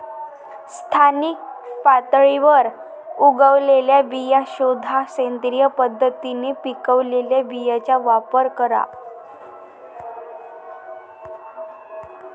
स्थानिक पातळीवर उगवलेल्या बिया शोधा, सेंद्रिय पद्धतीने पिकवलेल्या बियांचा वापर करा